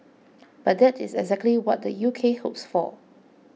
but that is exactly what the U K hopes for